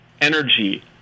energy